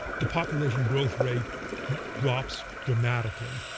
the population growth rate drops dramatically.